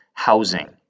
housing